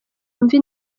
wumve